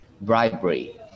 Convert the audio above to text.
bribery